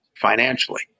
financially